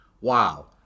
wow